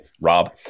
rob